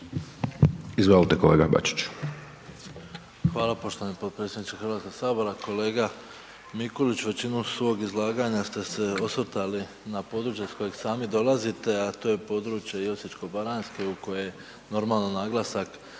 Izvolite kolega Bačić.